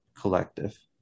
collective